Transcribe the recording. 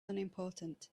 unimportant